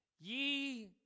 ye